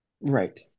Right